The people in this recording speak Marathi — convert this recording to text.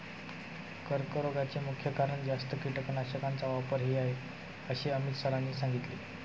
कर्करोगाचे मुख्य कारण जास्त कीटकनाशकांचा वापर हे आहे असे अमित सरांनी सांगितले